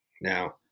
Now